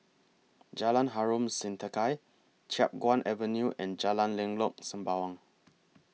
Jalan Harom Setangkai Chiap Guan Avenue and Jalan Lengkok Sembawang